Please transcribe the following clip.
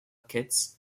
kits